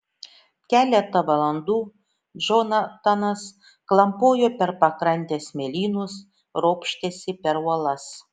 keletą valandų džonatanas klampojo per pakrantės smėlynus ropštėsi per uolas